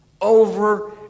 over